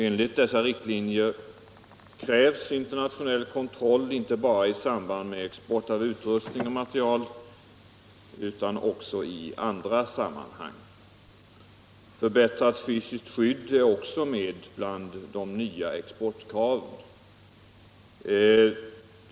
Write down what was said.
Enligt dessa riktlinjer krävs internationell kontroll inte bara i samband med export av utrustring och material utan också i andra sammanhang. Även förbättrat fysiskt skydd är med bland de nya exportkraven.